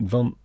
Van